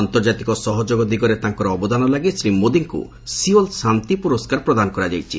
ଆନ୍ତର୍ଜାତିକ ସହଯୋଗ ଦିଗରେ ତାଙ୍କର ଅବଦାନ ଲାଗି ଶ୍ରୀ ମୋଦିଙ୍କୁ ସିଓଲ ଶାନ୍ତି ପୁରସ୍କାର ପ୍ରଦାନ କରାଯାଇଛି